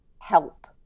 help